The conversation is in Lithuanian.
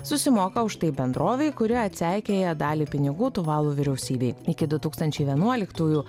susimoka už tai bendrovei kuri atseikėja dalį pinigų tuvalu vyriausybei iki du tūkstančiai vienuoliktųjų